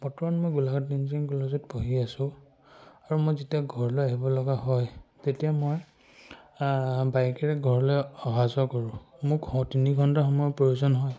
বৰ্তমান মই গোলাঘাট ইঞ্জিনিয়াৰিং কলেজত পঢ়ি আছোঁ আৰু মই যেতিয়া ঘৰলৈ আহিব লগা হয় তেতিয়া মই বাইকেৰে ঘৰলৈ অহা যোৱা কৰোঁ মোক তিনি ঘণ্টা সময়ৰ প্ৰয়োজন হয়